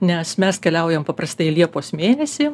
nes mes keliaujam paprastai liepos mėnesį